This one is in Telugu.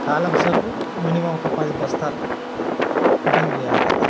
కాలమ్స్లకు మినిమమ్ ఒక పది బస్తాలు పుట్టింగ్ చేయాలి